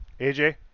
AJ